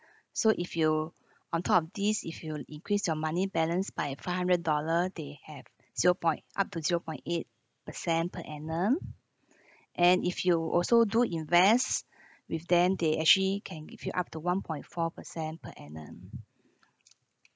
so if you on top of these if you increase your money balance by a five hundred dollar they have zero point up to zero point eight percent per annum and if you also do invest with them they actually can give you up to one point four percent per annum